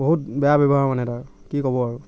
বহুত বেয়া ব্যৱহাৰ মানে তাৰ কি ক'ব আৰু